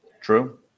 True